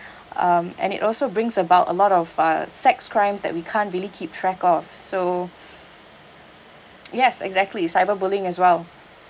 um and it also brings about a lot of uh sex crimes that we can't really keep track of so yes exactly cyberbullying as well